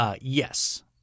Yes